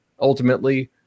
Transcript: Ultimately